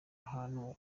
ahantu